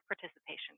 participation